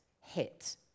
hit